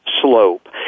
slope